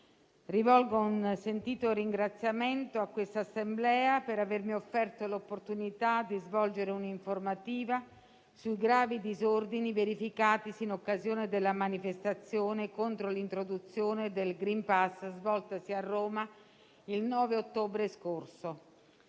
rivolgo un sentito ringraziamento a questa Assemblea per avermi offerto l'opportunità di svolgere un'informativa sui gravi disordini verificatisi in occasione della manifestazione contro l'introduzione del *green pass*, svoltasi a Roma il 9 ottobre scorso.